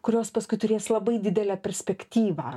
kurios paskui turės labai didelę perspektyvą